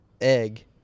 Egg